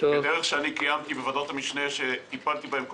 בדרך שאני קיימתי בוועדות המשנה שטיפלתי בהן,